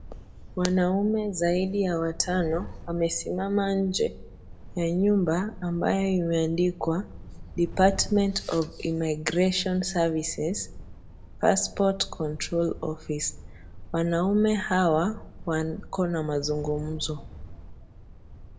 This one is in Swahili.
Wanaume zaidi ya watano wamesimama nje wa nyumba ambayo imeandikwa department of immigration services passport control office .Wanaume hawa wako na mazungumzo.